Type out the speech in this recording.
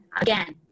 again